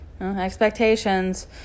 Expectations